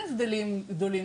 אין הבדלים גדולים.